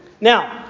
Now